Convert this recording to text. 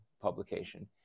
publication